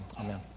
Amen